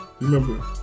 Remember